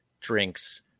Drinks